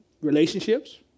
Relationships